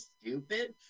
stupid